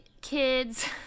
kids